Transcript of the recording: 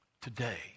today